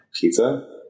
Pizza